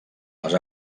les